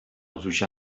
zuzia